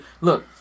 Look